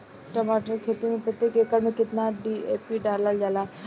टमाटर के खेती मे प्रतेक एकड़ में केतना डी.ए.पी डालल जाला?